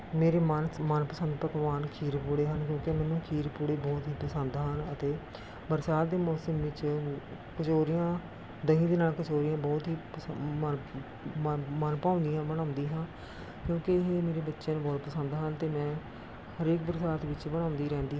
ਮੇਰੇ ਮਨਪਸੰਦ ਪਕਵਾਨ ਖੀਰ ਪੂੜੇ ਹਨ ਕਿਉਂਕਿ ਮੈਨੂੰ ਖੀਰ ਪੂੜੇ ਬਹੁਤ ਹੀ ਪਸੰਦ ਹਨ ਅਤੇ ਬਰਸਾਤ ਦੇ ਮੌਸਮ ਵਿੱਚ ਕਚੋਰੀਆਂ ਦਹੀਂ ਦੇ ਨਾਲ ਕਚੋਰੀਆਂ ਬਹੁਤ ਹੀ ਮਨ ਮਨ ਮਨਭਾਉਂਦੀਆਂ ਬਣਾਉਂਦੀ ਹਾਂ ਕਿਉਂਕਿ ਇਹ ਮੇਰੇ ਬੱਚਿਆਂ ਨੂੰ ਬਹੁਤ ਪਸੰਦ ਹਨ ਅਤੇ ਮੈਂ ਹਰੇਕ ਬਰਸਾਤ ਵਿੱਚ ਬਣਾਉਂਦੀ ਰਹਿੰਦੀ ਹਾਂ